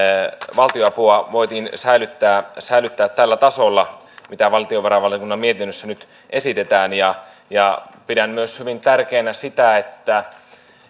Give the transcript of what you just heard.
valtionapua voitiin säilyttää säilyttää tällä tasolla mitä valtiovarainvaliokunnan mietinnössä nyt esitetään pidän myös hyvin tärkeänä sitä että